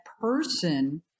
person